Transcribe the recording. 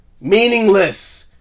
meaningless